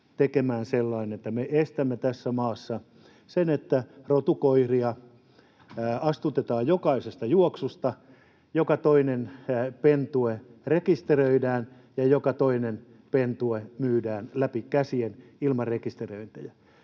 tekemään niin, että me estämme tässä maassa sen, että rotukoiria astutetaan jokaisesta juoksusta, joka toinen pentue rekisteröidään ja joka toinen pentue myydään läpi käsien ilman rekisteröintejä.